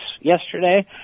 yesterday